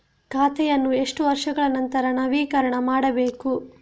ಖಾತೆಯನ್ನು ಎಷ್ಟು ವರ್ಷಗಳ ನಂತರ ನವೀಕರಣ ಮಾಡಬೇಕು?